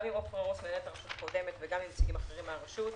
גם עם עפרה רוס מנהלת הרשות הקודמת וגם עם נציגים אחרים מהרשות,